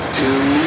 two